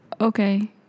okay